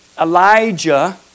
Elijah